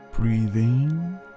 Breathing